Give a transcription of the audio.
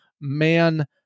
man